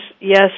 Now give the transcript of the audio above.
Yes